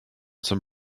some